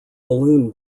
balloon